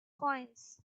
coins